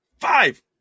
Five